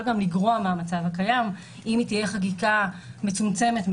גם לגרוע מהמצב הקיים אם היא תהיה חקיקה מצומצמת מאוד.